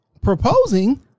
proposing